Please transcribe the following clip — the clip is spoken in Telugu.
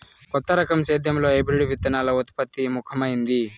కొత్త రకం సేద్యంలో హైబ్రిడ్ విత్తనాల ఉత్పత్తి ముఖమైంది